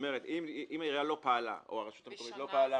אם העירייה או הרשות המקומית לא פעלו